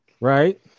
right